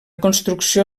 construcció